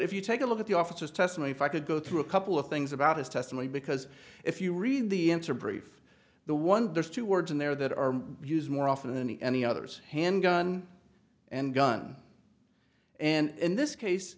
if you take a look at the officer's testimony if i could go through a couple of things about his testimony because if you read the answer brief the one there's two words in there that are used more often than any others handgun and gun and in this case